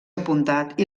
apuntat